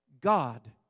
God